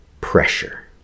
pressure